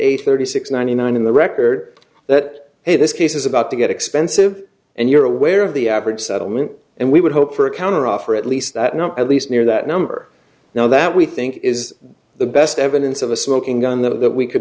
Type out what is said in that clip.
eight thirty six ninety nine in the record that hey this case is about to get expensive and you're aware of the average settlement and we would hope for a counteroffer at least that not at least near that number now that we think is the best evidence of a smoking gun that we could